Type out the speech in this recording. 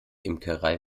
imkerei